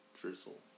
drizzle